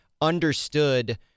understood